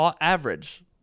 average